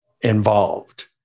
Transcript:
involved